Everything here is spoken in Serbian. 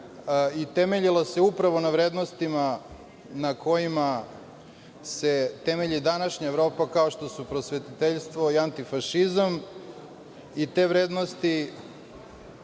i temeljila se upravo na vrednostima na kojima se temelji današnja Evropa, kao što su prosvetiteljstvo i antifašizam i te vrednosti